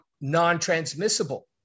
non-transmissible